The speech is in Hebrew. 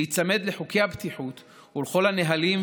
להיצמד לחוקי הבטיחות ולכל הנהלים,